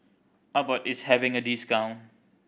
Abbott is having a discount